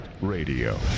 Radio